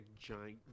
giant